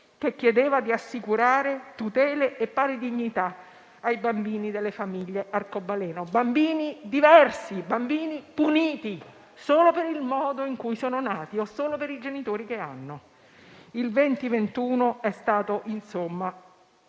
che chiedeva di assicurare tutele e pari dignità ai bambini delle famiglie arcobaleno, bambini diversi, bambini puniti solo per il modo in cui sono nati o solo per i genitori che hanno. Il 2021 è stato, insomma,